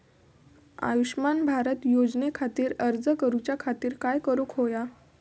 आयुष्यमान भारत योजने खातिर अर्ज करूच्या खातिर काय करुक होया?